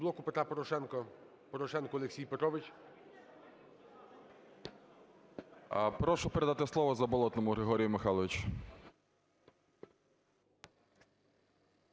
Дякую,